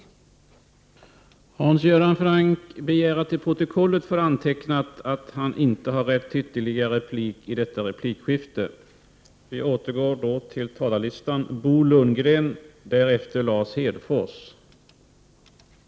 Kammaren övergick till att debattera skatter.